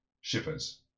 Shippers